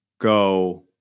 go